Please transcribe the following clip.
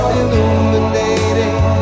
illuminating